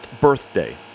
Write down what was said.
birthday